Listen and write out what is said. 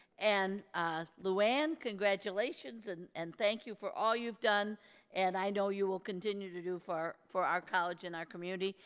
and luann, congratulations and and thank you for all you've done and i know you will continue to do for for our college and our community.